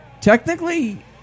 Technically